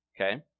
Okay